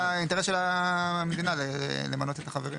האלה,